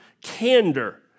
candor